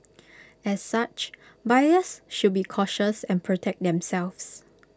as such buyers should be cautious and protect themselves